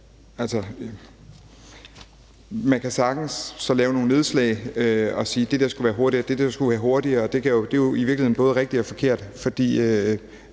Så man kan sagtens lave nogle nedslag og sige: Det der skulle være hurtigere, og det der skulle være hurtigere. Det er i virkeligheden både rigtigt og forkert, for